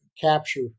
Capture